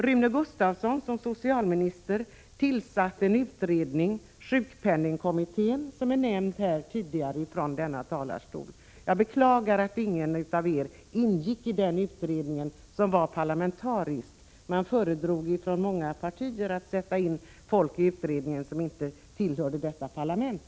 Rune Gustavsson, som då var socialminister, tillsatte en utredning, sjukpenningkommittén. Den har tidigare i kväll omnämnts från denna talarstol. Jag beklagar att ingen av er som nu har kritiserat reformförslaget, ingick i denna utredning som var parlamentariskt sammansatt. Många partier föredrog att i utredningen sätta in folk som inte tillhörde parlamentet.